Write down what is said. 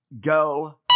go